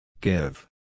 Give